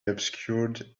obscured